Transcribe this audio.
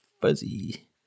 fuzzy